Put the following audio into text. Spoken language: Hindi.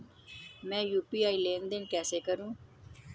मैं यू.पी.आई लेनदेन कैसे करूँ?